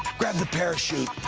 grab the parachute,